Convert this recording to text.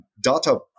Data